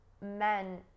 men